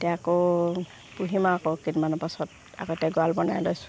এতিয়া আকৌ পুহিম আৰু আকৌ কেইদিনমানৰ পাছত আগতে গঁৰাল বনাই লৈছোঁ